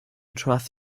trust